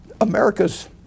America's